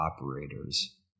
operators